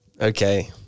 Okay